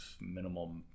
minimal